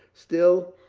still,